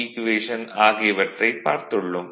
equation ஆகியவற்றைப் பார்த்துள்ளோம்